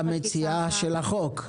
המציעה של החוק.